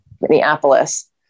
Minneapolis